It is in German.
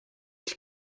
ich